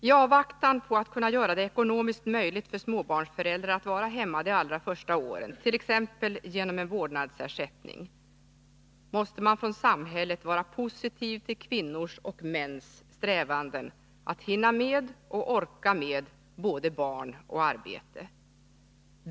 I avvaktan på att kunna göra det ekonomiskt möjligt för småbarnsföräldrar att vara hemma de allra första åren, t.ex. genom en vårdnadsersättning, måste man från samhället vara positiv till kvinnors och mäns strävanden att hinna med och orka med både barn och arbete.